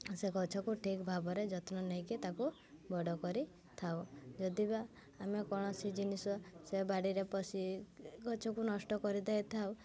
ସେ ଗଛକୁ ଠିକ୍ ଭାବରେ ଯତ୍ନ ନେଇକି ତାକୁ ବଡ଼କରି ଥାଉ ଯଦି ବା ଆମେ କୌଣସି ଜିନିଷ ସେ ବାଡ଼ିରେ ପଶି ଗଛକୁ ନଷ୍ଟ କରି ଦେଇଥାଉ